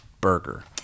burger